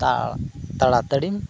ᱛᱟᱲᱟ ᱛᱟᱹᱲᱤᱢ